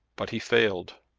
but he failed.